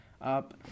up